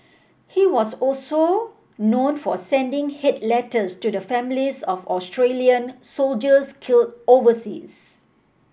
he was also known for sending hate letters to the families of Australian soldiers killed overseas